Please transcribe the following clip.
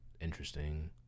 interesting